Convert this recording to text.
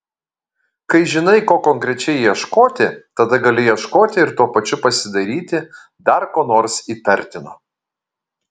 kai žinai ko konkrečiai ieškoti tada gali ieškoti ir tuo pačiu pasidairyti dar ko nors įtartino